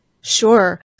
Sure